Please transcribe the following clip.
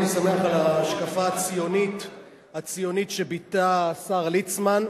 אני שמח על ההשקפה הציונית שביטא השר ליצמן,